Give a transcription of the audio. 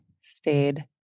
stayed